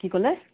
কি ক'লে